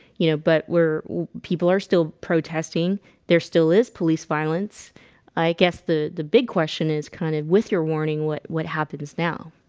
you know, but where people are still protesting there still is police violence i guess the the big question is kind of with your warning. what what happens now?